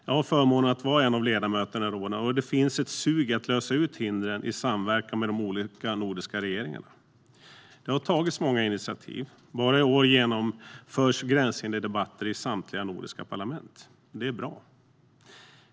Jag har förmånen att vara en ledamöterna i rådet, och det finns ett sug efter att få bort hindren i samverkan med de olika nordiska regeringarna. Det har tagits många initiativ. Bara i år genomförs gränshinderdebatter i samtliga nordiska parlament. Det är bra!